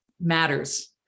matters